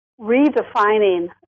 redefining